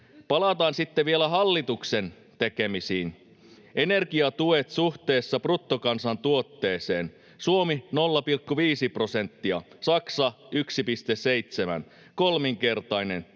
Palataan sitten vielä hallituksen tekemisiin. Energiatuet suhteessa bruttokansantuotteeseen: Suomi 0,5 prosenttia, Saksa 1,7 — kolminkertainen